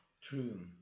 True